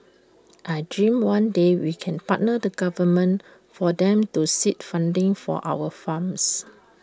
I dream that one day we can partner the government for them to seed funding for our farms